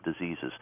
diseases